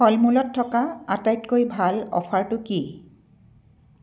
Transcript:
ফলমূলত থকা আটাইতকৈ ভাল অফাৰটো কি